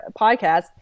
podcast